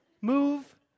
move